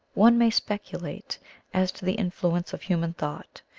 one may speculate as to the influence of human thought,